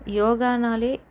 யோகான்னாலே